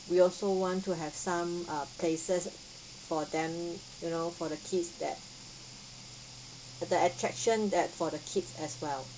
we also want to have some uh places for them you know for the kids that that the attraction that for the kids as well